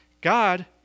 god